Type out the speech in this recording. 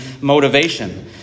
motivation